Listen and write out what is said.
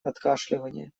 откашливание